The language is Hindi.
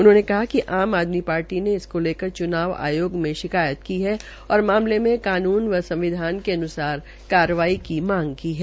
उन्होंने कहा कि आम आदमी ने इसको लेकर चुनाव आयोग मे शिकायत भी की है और मामले में कानून व संवधिान के अन्सार कार्रवाईकी मांग की है